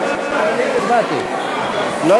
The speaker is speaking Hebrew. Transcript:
יש לנו שעות ארוכות של